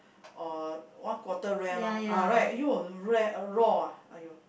or one quarter rare loh ah right rare !aiyo! raw ah !aiyo!